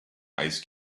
ice